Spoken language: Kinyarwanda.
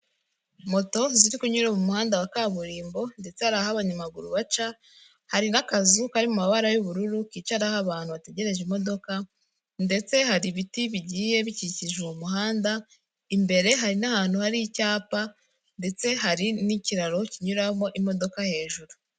Moto ziri kunyura mu muhanda wa kaburimbo ndetse hari aho abanyamaguru baca, hari n'akazu kari mu mabara y'ubururu kicaraho abantu bategereje imodoka ndetse hari ibiti bigiye bikikije uwo muhanda. Imbere hari n'ahantu hari icyapa ndetse hari n'ikiraro kinyuramo imodoka hejuru.